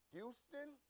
Houston